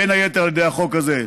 בין היתר על ידי החוק הזה.